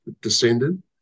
descended